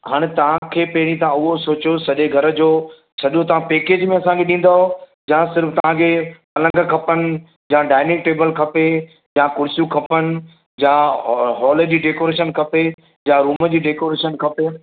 हाणे तव्हांखे पहिरीं त उहो सोचियो सॼे घर जो सॼो तव्हां पेकेज में असांखे ॾींदव या सिर्फ़ु तव्हांखे पलंग खपनि या डाइनिंग टेबल खपे या कुर्सियूं खपनि या हॉ हॉल जी डैकोरेशन खपे या रूम जी डैकोरेशन खपे